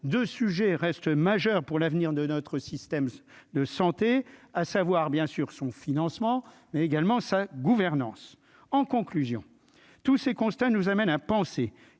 de sujets restent majeur pour l'avenir de notre système de santé à savoir bien sûr son financement, mais également sa gouvernance en conclusion, tous ces constats nous amène à penser